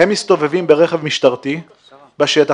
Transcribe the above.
הם מסתובבים ברכב משטרתי בשטח,